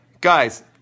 Guys